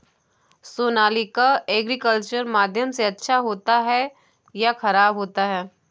Sonalika agriculture माध्यम से अच्छा होता है या ख़राब होता है?